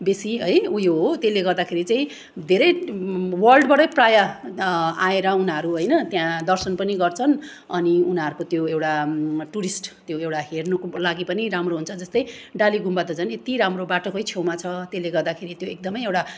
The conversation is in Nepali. बेसी है उयो हो त्यसले गर्दाखेरि चाहिँ धेरै वर्ल्डबाटै नीहरूको त्यो एउटा टुरिस्ट त्यो एउटा हेर्नुको लागि पनि राम्रो हुन्छ जस्तै डाली गुम्बा त झन् यति राम्रो बाटोकै छेउमा छ त्यसले गर्दाखेरि त्यो एकदमै एउटा